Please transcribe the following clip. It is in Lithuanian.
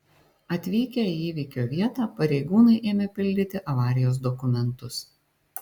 atvykę į įvykio vietą pareigūnai ėmė pildyti avarijos dokumentus